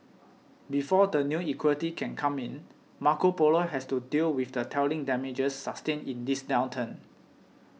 before the new equity can come in Marco Polo has to deal with the telling damages sustained in this downturn